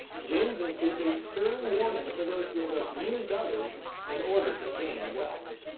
james includes a stern warning for those who have abused others in order to gain wealth.